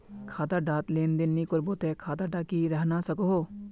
खाता डात लेन देन नि करबो ते खाता दा की रहना सकोहो?